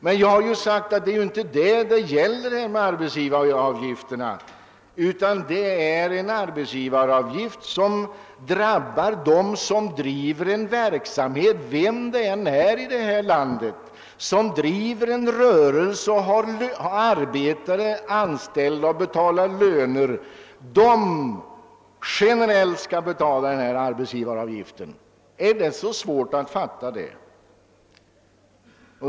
Men jag har sagt att det är inte detta det gäller, utan arbetsgivaravgiften är en avgift som drabbar dem — vem det än är — som driver en rörelse här i landet, som har anställda och som betalar löner. De skall, generellt, betala den här avgiften. Är det så svårt att fatta det?